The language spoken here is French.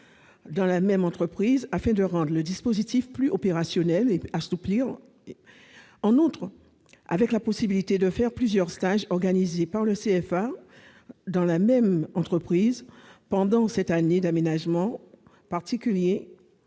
dans la même entreprise afin de rendre le dispositif plus opérationnel et plus souple. En outre, avoir la possibilité de faire plusieurs stages organisés par le CFA dans la même entreprise pendant cette année d'aménagement particulier